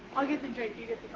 i'll get the drink. you